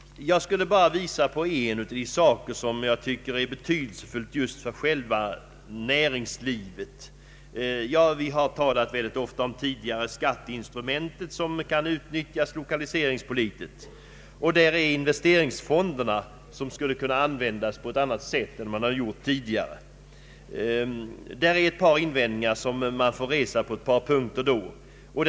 Jag skulle bara vilja visa på en av de faktorer jag tycker är betydelsefull just för näringslivet. Vi har tidigare talat mycket ofta om skatteinstrumentet som kan utnyttjas lokaliseringspolitiskt. Så finns också investeringsfonderna som skulle kunna användas på ett annat sätt än tidigare. På ett par punkter får man då göra vissa invändningar.